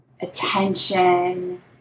attention